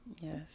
yes